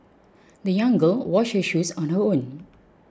the young girl washed her shoes on her own